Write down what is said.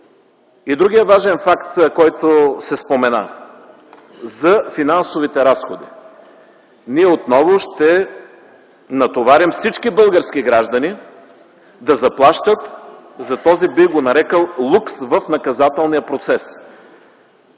И другият важен факт, който се спомена – за финансовите разходи. Ние отново ще натоварим всички български граждани да заплащат за този, бих го нарекъл, лукс в наказателния процес,